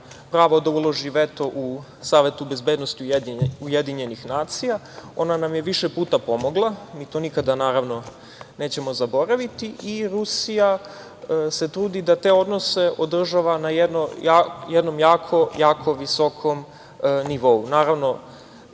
pravo da uloži veto u Savetu bezbednosti UN. Ona nam je više puta pomogla i mi to nikada nećemo zaboraviti. Rusija se trudi da te odnose održava na jednom jako, jako visokom nivou. Setimo